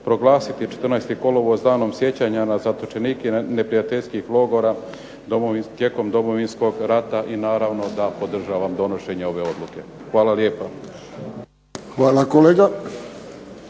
proglasiti 14. kolovoz danom sjećanja na zatočenike neprijateljskih logora tijekom Domovinskog rata i naravno da podržavamo donošenje ove Odluke. Hvala lijepa.